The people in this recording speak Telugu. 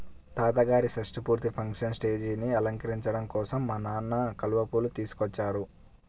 తాతగారి షష్టి పూర్తి ఫంక్షన్ స్టేజీని అలంకరించడం కోసం మా నాన్న కలువ పూలు తీసుకొచ్చారు